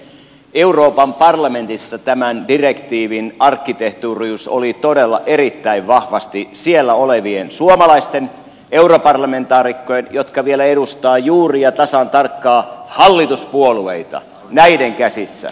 euroopan parlamentissa tämän direktiivin arkkitehtuurius oli todella erittäin vahvasti siellä olevien suomalaisten europarlamentaarikkojen jotka vielä edustavat juuri ja tasan tarkkaan hallituspuolueita käsissä